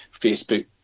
Facebook